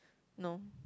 no